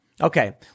Okay